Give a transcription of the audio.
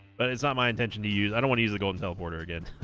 but it's not my intention to use i don't wanna use the golden teleporter again